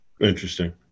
Interesting